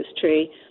tree